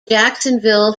jacksonville